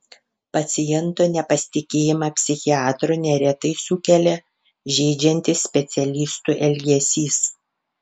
paciento nepasitikėjimą psichiatru neretai sukelia žeidžiantis specialistų elgesys